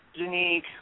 Janique